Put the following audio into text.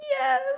yes